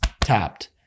tapped